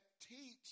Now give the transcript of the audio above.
teach